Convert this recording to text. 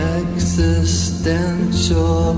existential